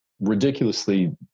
ridiculously